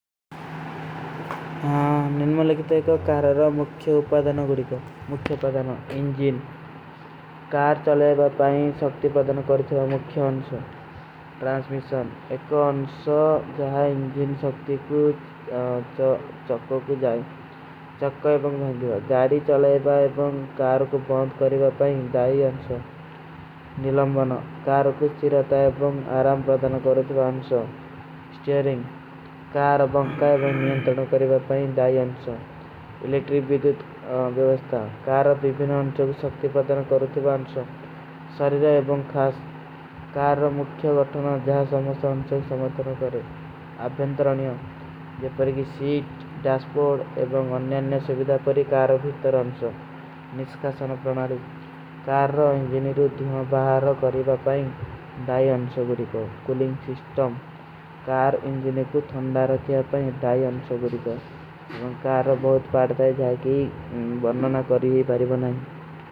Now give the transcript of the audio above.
ନିର୍ମାଲେକିତେ କାରାରା ମୁଖ୍ଯ ପାଦାନ ଗୁଡୀ କୋ ମୁଖ୍ଯ ପାଦାନ ଇଂଜୀନ କାର ଚଲେବା ପାଏଂ ଶକ୍ତି ପାଦାନ କରତେ। ବାଏଂ ମୁଖ୍ଯ ଅନ୍ସୋ ଟ୍ରାଂସ୍ମିଶନ ଏକ ଅନ୍ସୋ ଜହାଈ ଇଂଜୀନ ଶକ୍ତି କୁଛ ଚକ୍କୋ କୁଛ ଜାଈ ଚକ୍କୋ ଏବଂଗ ଭାଗଵା ଗାଡୀ। ଚଲେବା ଏବଂଗ କାର କୋ ବହୁଂତ କରେବା ପାଏଂ ଦାଈ ଅନ୍ସୋ ନିଲଂବନ କାର କୋ ସ୍ଥିରତା ଏବଂଗ ଆରାମ ପରଦାନ କରତେ ବାଏଂ। ଅନ୍ସୋ ସ୍ଟେରିଂଗ କାର ବଂକା ଏବଂଗ ମିଯଂତଲନ କରେବା ପାଏଂ ଦାଈ ଅନ୍ସୋ ଇଲେକ୍ରୀ ବିଦୁତ ଵିଵସ୍ତା ଗାଡୀ ଚଲେବା ଏବଂଗ କାର। କୋ ବହୁଂତ କରେବା ପାଏଂ ଦାଈ ଅନ୍ସୋ ସ୍ଥିରିଂଗ ଗାଡୀ ଚଲେବା ଏବଂଗ କାର କୋ ବହୁଂତ କରେବା। ପାଏଂ ଦାଈ ଅନ୍ସୋ ସ୍ଥିରିଂଗ ଗାଡୀ ଚଲେବା ଏବଂଗ କାର କୋ ବହୁଂତ କରେବା ପାଏଂ ଦାଈ ଅନ୍ସୋ ସ୍ଥିରିଂଗ।